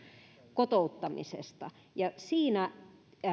kotouttamisesta siinä